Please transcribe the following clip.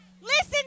listen